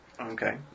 Okay